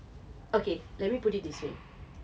okay let me put it this way